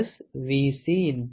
C 3